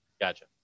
Gotcha